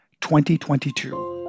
2022